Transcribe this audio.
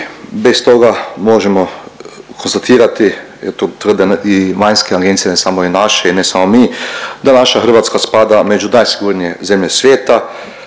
bez toga možemo konstatirati jer to tvrde i vanjske agencije i ne samo i naše i ne samo mi, da naša Hrvatska spada među najsigurnije zemlje svijeta.